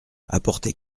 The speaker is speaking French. apporter